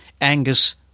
Angus